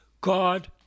God